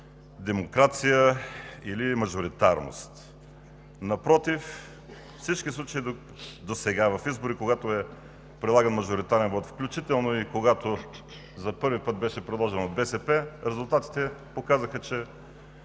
демокрация или мажоритарност. Напротив, във всички случаи досега в избори, когато е прилаган мажоритарен вот, включително и когато за първи път беше приложен от БСП, резултатите показаха, че